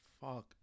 Fuck